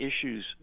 issues